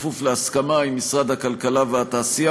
בכפוף להסכמה עם משרד הכלכלה והתעשייה,